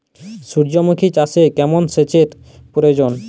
সূর্যমুখি চাষে কেমন সেচের প্রয়োজন?